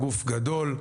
גוף גדול,